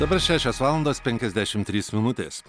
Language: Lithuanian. dabar šešios valandos penkiasdešim trys minutės